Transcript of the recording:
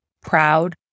proud